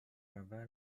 منور